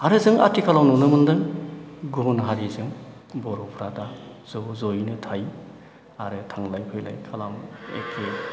आरो जों आथिखालाव नुनो मोनदों गुबुन हारिजों बर'फ्रा दा ज' ज'यैनो थायो आरो थांलाय फैलाय खालामो एके